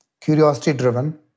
curiosity-driven